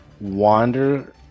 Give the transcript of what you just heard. wander